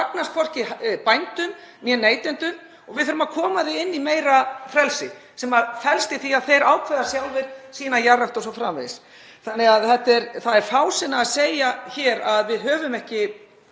Það er fásinna að segja hér að við eigum ekki